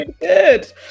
good